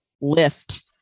lift